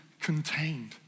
contained